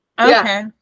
Okay